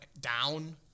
down